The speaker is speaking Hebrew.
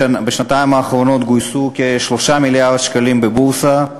בשנתיים האחרונות גויסו כ-3 מיליארד שקלים בבורסה,